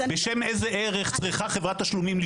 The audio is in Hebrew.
בשם איזו ערך צריכה חברת תשלומים,